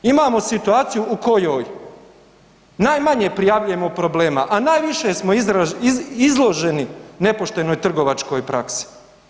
Imamo situaciju u kojoj najmanje prijavljujemo problema, a najviše smo izloženi nepoštenoj trgovačkoj praksi.